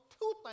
two